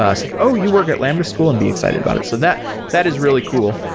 ah say, oh! you work at lambda school? and be excited about it. so that that is really cool.